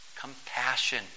compassion